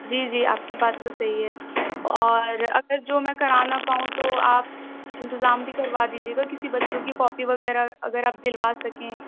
جی جی آپ کی بات تو صحیح ہے اور اگر جو میں کرا نہ پاؤں تو آپ انتظام بھی کروا دیجیے گا کسی بچوں کی کاپی وغیرہ اگر آپ دلوا سکیں